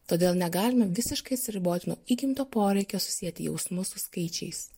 todėl negalime visiškai atsiriboti nuo įgimto poreikio susieti jausmus su skaičiais